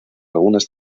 algunas